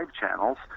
channels